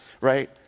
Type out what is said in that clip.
right